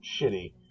shitty